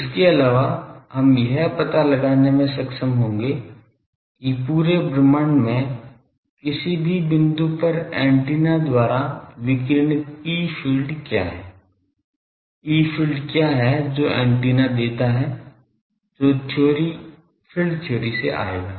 इसके अलावा हम यह पता लगाने में सक्षम होंगे कि पूरे ब्रह्मांड में किसी भी बिंदु पर एंटीना द्वारा विकिरणित ई फ़ील्ड क्या हैं ई फ़ील्ड क्या है जो एंटीना देता है जो फील्ड थ्योरी से आएगा